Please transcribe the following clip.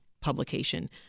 publication